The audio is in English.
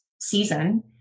season